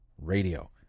radio